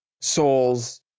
souls